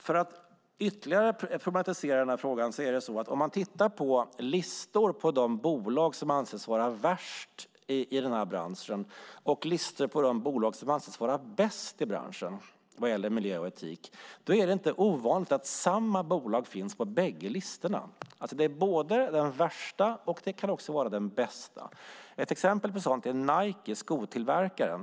Låt mig ytterligare problematisera frågan. Om vi tittar på listorna på de bolag som anses vara värst i branschen och listorna på de bolag som anses vara bäst i branschen vad gäller miljö och etik, är det inte ovanligt att samma bolag finns på bägge listorna. Det kan vara både det värsta och det bästa bolaget. Ett exempel på ett sådant bolag är Nike, skotillverkaren.